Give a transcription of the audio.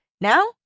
Now